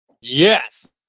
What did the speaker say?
Yes